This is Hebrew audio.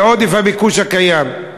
מעודף הביקוש הקיים.